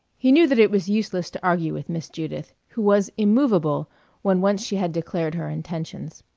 he knew that it was useless to argue with miss judith, who was immovable when once she had declared her intentions.